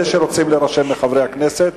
אלה מחברי הכנסת